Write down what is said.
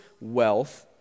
wealth